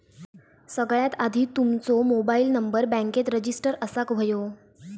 सगळ्यात आधी तुमचो मोबाईल नंबर बॅन्केत रजिस्टर असाक व्हयो